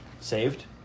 saved